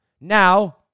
Now